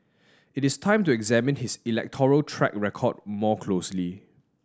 it is time to examine his electoral track record more closely